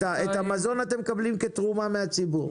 את המזון אתם מקבלים כתרומה מהציבור.